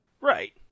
Right